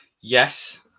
yes